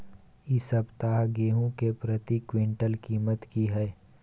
इ सप्ताह गेहूं के प्रति क्विंटल कीमत की हय?